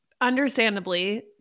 understandably